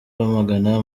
bamagana